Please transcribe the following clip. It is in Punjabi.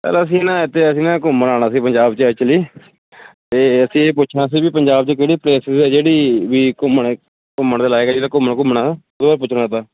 ਸਰ ਅਸੀਂ ਕ ਨਾ ਇੱਥੇ ਅਸੀਂ ਨਾ ਘੁੰਮਣ ਆਉਣਾ ਸੀ ਪੰਜਾਬ 'ਚ ਐਕਚੁਅਲੀ ਅਤੇ ਅਸੀਂ ਇਹ ਪੁੱਛਣਾ ਸੀ ਵੀ ਪੰਜਾਬ 'ਚ ਕਿਹੜੀ ਪਲੇਸਿਜ ਹੈ ਜਿਹੜੀ ਵੀ ਘੁੰਮਣ ਘੁੰਮਣ ਦੇ ਲਾਇਕ ਹੈ ਜਿਵੇਂ ਘੁੰਮਣ ਘੁੰਮਣਾ ਉਹਦਾ ਪੁੱਛਣਾ ਆਪਾਂ